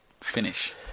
Finish